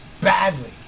badly